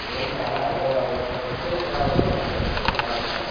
room भाडाहरू अब सस्तै छ अब जे भए पनि सस्तै छ होइन